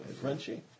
Frenchy